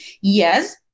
Yes